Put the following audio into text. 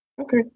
Okay